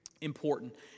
important